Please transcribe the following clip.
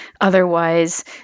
otherwise